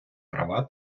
права